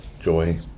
joy